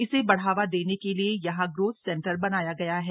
इसे बढ़ावा देने के लिए यहां ग्रोथ सेंटर बनाया गया है